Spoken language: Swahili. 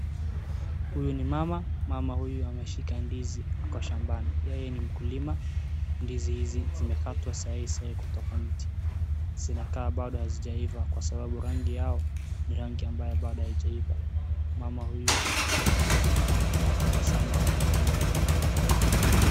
Huyu ni mama , mama huyu ameshikilia ndizi ako shambani ,Yeye ni mkulima , ndizi hizi zimekatwa sai sai kutoka mti .Zinaka bado hazijaiva kwa sababu rangi yao ni rangi bado haijaiva . Mama huyu anatabasamu akiangalia huku juu.